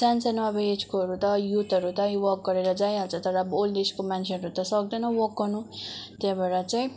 सानो सानो अब एजकोहरू त युथहरू त वक गरेर गइहाल्छ तर अब ओल्ड एजको मान्छेहरू त सक्दैन वक गर्नु त्यही भएर चाहिँ